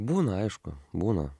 būna aišku būna